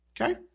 okay